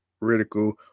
critical